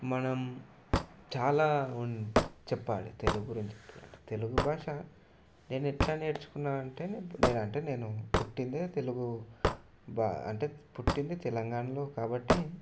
మనం చాలా ఉంది చెప్పాలి తెలుగు గురించి తెలుగు భాష నేను ఎట్లా నేర్చుకున్నాను అంటే నేను పుట్టిందే తెలుగు బ అంటే పుట్టింది తెలంగాణాలో కాబట్టి